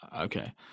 Okay